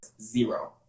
zero